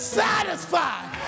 satisfied